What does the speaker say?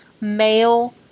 male